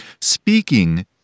speaking